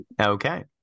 Okay